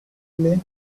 lean